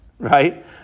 Right